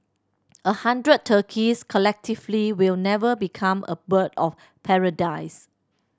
a hundred turkeys collectively will never become a bird of paradise